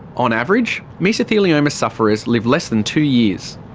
on average, mesothelioma sufferers live less than two years.